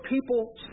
people